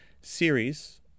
series